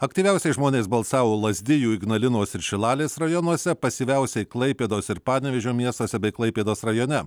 aktyviausiai žmonės balsavo lazdijų ignalinos ir šilalės rajonuose pasyviausiai klaipėdos ir panevėžio miestuose bei klaipėdos rajone